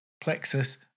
plexus